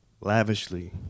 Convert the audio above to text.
lavishly